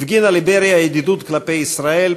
הפגינה ליבריה ידידות כלפי ישראל,